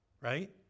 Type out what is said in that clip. Right